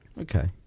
okay